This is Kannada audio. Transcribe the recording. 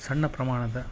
ಸಣ್ಣ ಪ್ರಮಾಣದ